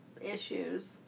issues